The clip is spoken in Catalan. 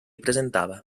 presentava